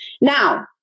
Now